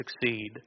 succeed